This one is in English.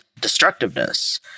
destructiveness